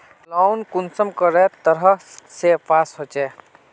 Loan कुंसम करे तरह से पास होचए?